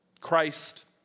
Christ